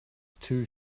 too